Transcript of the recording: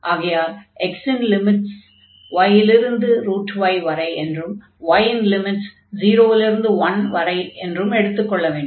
ஆகையால் x இன் லிமிட்கள் y இலிருந்து y வரை என்றும் y இன் லிமிட்கள் 0 இலிருந்து 1 வரை என்றும் எடுத்துக்கொள்ள வேண்டும்